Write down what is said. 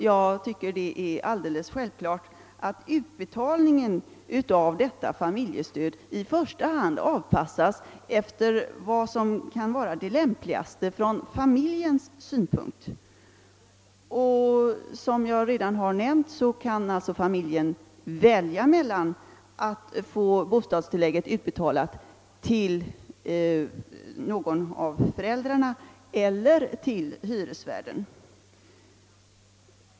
Jag anser det vara alldeles självklart att utbetalningen av detta familjestöd i första hand anpassas efter vad som kan vara lämpligast ur familjernas synpunkt. Som jag redan nämnt kan familjen välja mellan att få bostadstillägget utbetalat till någon av föräldrarna eller direkt till hyresvärden.